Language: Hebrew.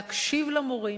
להקשיב למורים,